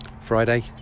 Friday